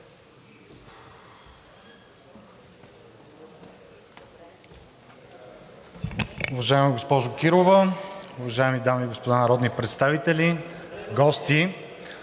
Уважаема госпожо Кирова, уважаеми дами и господа народни представители, гости!